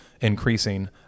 increasing